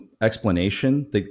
explanation